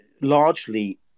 largely